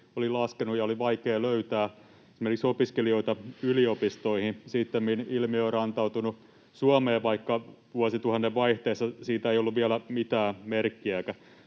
oli laskenut ja oli vaikea esimerkiksi löytää opiskelijoita yliopistoihin. Sittemmin ilmiö on rantautunut Suomeen, vaikka vuosituhannen vaihteessa siitä ei ollut vielä mitään merkkiäkään.